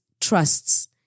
Trusts